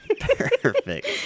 Perfect